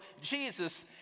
Jesus